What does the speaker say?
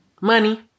Money